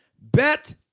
Bet